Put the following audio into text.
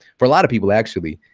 for a lot of people, actually,